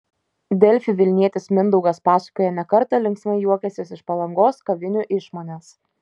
delfi vilnietis mindaugas pasakoja ne kartą linksmai juokęsis iš palangos kavinių išmonės